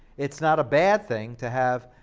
it's not a bad thing to have